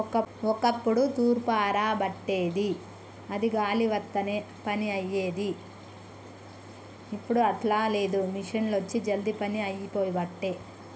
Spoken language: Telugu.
ఒక్కప్పుడు తూర్పార బట్టేది అది గాలి వత్తనే పని అయ్యేది, ఇప్పుడు అట్లా లేదు మిషిండ్లొచ్చి జల్దీ పని అయిపోబట్టే